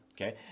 okay